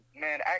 Man